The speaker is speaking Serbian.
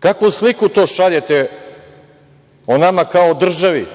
Kakvu sliku to šaljete o nama kao državi